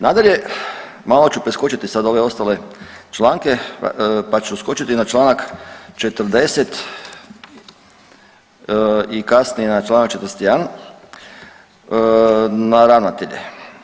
Nadalje, malo ću preskočiti sad ove ostale članke pa ću uskočiti na Članak 40. i kasnije na Članak 41. na ravnatelje.